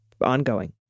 ongoing